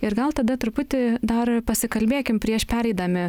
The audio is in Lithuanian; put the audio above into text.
ir gal tada truputį dar pasikalbėkim prieš pereidami